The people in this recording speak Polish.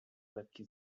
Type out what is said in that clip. lekki